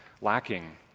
lacking